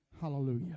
Hallelujah